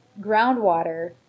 groundwater